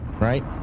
right